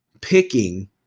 picking